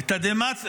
לתדהמת,